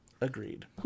agreed